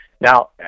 now